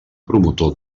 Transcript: promotor